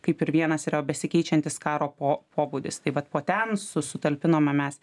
kaip ir vienas yra besikeičiantis karo po pobūdis tai vat po ten su sutalpinome mes